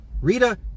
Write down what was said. Rita